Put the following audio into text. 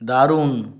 দারুণ